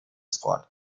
squad